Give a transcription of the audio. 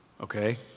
okay